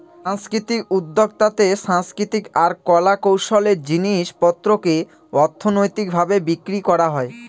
সাংস্কৃতিক উদ্যক্তাতে সাংস্কৃতিক আর কলা কৌশলের জিনিস পত্রকে অর্থনৈতিক ভাবে বিক্রি করা হয়